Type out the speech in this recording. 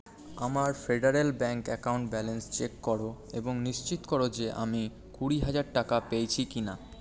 আমার federal bank account balance check করো এবং নিশ্চিত করো যে আমি কুড়ি হাজার টাকা পেয়েছি কি না